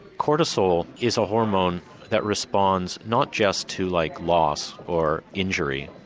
cortisol is a hormone that responds not just to like loss or injury,